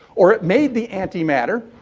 or, it made the anti-matter,